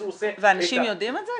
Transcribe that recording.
ואנשים יודעים את זה?